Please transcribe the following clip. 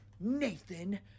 Nathan